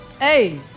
Hey